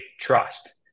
trust